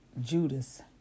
Judas